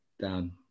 down –